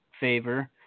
favor